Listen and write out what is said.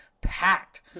packed